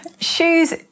shoes